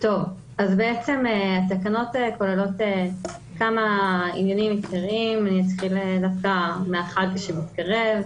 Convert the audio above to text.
אז בעצם התקנות האלה כוללות כמה עניינים --- נתחיל דווקא מהחג שמתקרב.